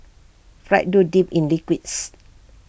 fried dough dipped in liquids